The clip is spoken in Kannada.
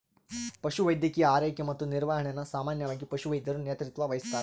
ಪಶುವೈದ್ಯಕೀಯ ಆರೈಕೆ ಮತ್ತು ನಿರ್ವಹಣೆನ ಸಾಮಾನ್ಯವಾಗಿ ಪಶುವೈದ್ಯರು ನೇತೃತ್ವ ವಹಿಸ್ತಾರ